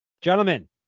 gentlemen